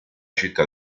città